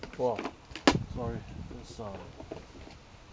!wah! sorry just um